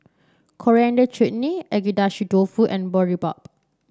Coriander Chutney Agedashi Dofu and Boribap